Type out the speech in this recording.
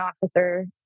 officer